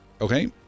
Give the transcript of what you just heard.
Okay